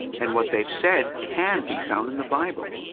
and what they've said can be found in the bible!